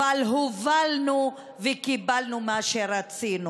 אבל הובלנו וקיבלנו מה שרצינו,